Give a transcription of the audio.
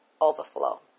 overflow